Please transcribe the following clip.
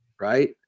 right